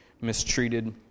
mistreated